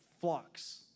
flocks